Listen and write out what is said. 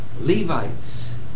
Levites